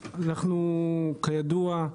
כידוע,